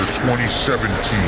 2017